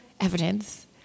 evidence